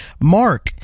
Mark